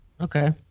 Okay